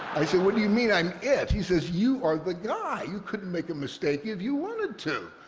i said, what do you mean i'm it? he says, you are the guy. you couldn't make a mistake if you wanted to.